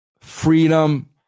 freedom